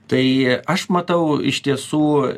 tai aš matau iš tiesų